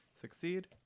succeed